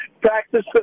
practice